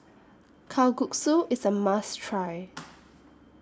Kalguksu IS A must Try